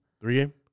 Three-game